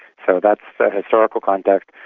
so that's the historical context.